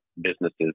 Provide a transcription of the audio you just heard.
businesses